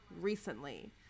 recently